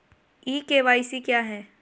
ई KYC क्या है?